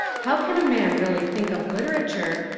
how can a man really think of literature,